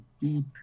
deep